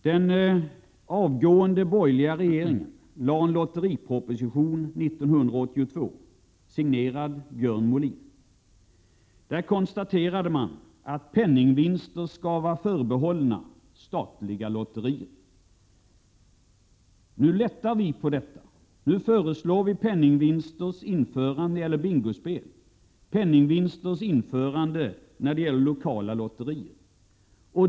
Den avgående borgerliga regeringen lade fram en lotteriproposition 1982, signerad Björn Molin. Där konstaterades att penningvinster skall vara förbehållna statliga lotterier. Nu lättar vi på detta, genom att föreslå införande av penningvinster i bingospel och lokala lotterier.